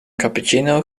cappuccino